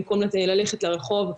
במקום ללכת לרחוב,